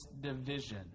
division